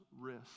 risk